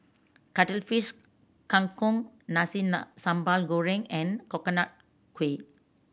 Cuttlefish Kang Kong nasi sambal goreng and Coconut Kuih